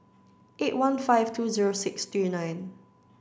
eight one five two zero six three nine